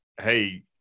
Hey